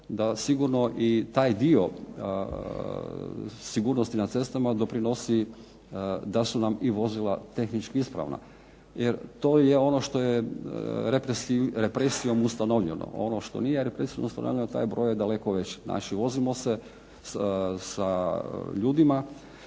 da sigurno i taj dio sigurnosti na cestama doprinosi da su nam i vozila tehnički ispravna. Jer to je ono što je represijom ustanovljeno. Ono što nije represijom ustanovljeno taj je broj daleko veći. Znači vozimo se sa ljudima